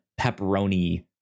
pepperoni